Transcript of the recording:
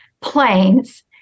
planes